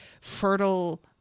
fertile